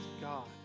God